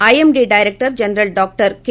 IMD director general doctor K